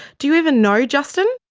do you even know justin?